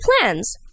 plans